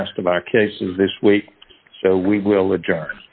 last of our cases this week so we will a